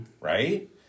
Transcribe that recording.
right